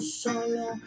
solo